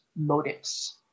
motives